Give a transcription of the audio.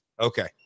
okay